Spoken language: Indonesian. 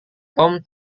tom